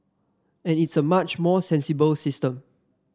and it's a much more sensible system